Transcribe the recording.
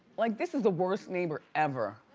like this is the worst neighbor ever.